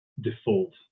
default